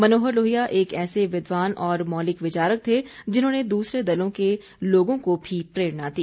मनोहर लोहिया एक ऐसे विद्वान और मौलिक विचारक थे जिन्होंने दूसरे दलों के लोगों को भी प्रेरणा दी